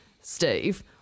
Steve